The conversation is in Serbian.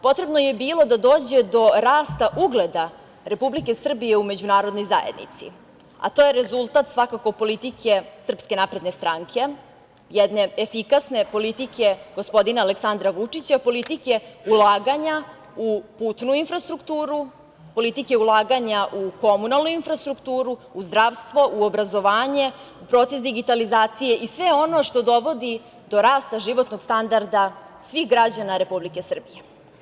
Potrebno je bilo da dođe do rasta ugleda Republike Srbije u međunarodnoj zajednici, a to je rezultat svakako politike SNS, jedne efikasne politike gospodina Aleksandra Vučića, politike ulaganja u putnu infrastrukturu, politike ulaganja u komunalnu infrastrukturu, u zdravstvo, u obrazovanje, u proces digitalizacije i sve ono što dovodi do rasta životnog standarda svih građana Republike Srbije.